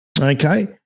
Okay